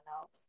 else